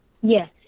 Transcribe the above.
Yes